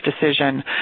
decision